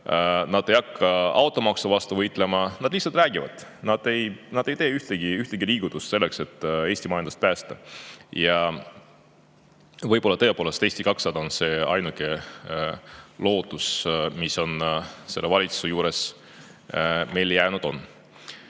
Nad ei hakka automaksu vastu võitlema. Nad lihtsalt räägivad. Nad ei tee ühtegi liigutust selleks, et Eesti majandust päästa. Võib-olla tõepoolest on Eesti 200 ainuke lootus, mis selle valitsuse juures meile jäänud on.